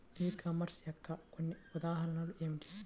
ఈ కామర్స్ యొక్క కొన్ని ఉదాహరణలు ఏమిటి?